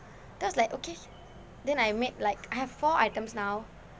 then I was like okay then I made like I have four items now